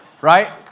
Right